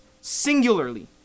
singularly